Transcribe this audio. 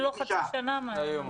הוא עוד לא חצי שנה מהיום.